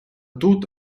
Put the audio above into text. тут